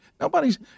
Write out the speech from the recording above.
nobody's